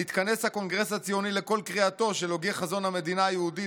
נתכנס הקונגרס הציוני לקול קריאתו של הוגה חזון המדינה היהודית